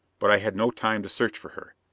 but i had no time to search for her.